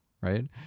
right